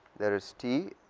there is t,